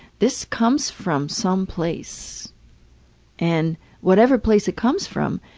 this comes from some place and whatever place it comes from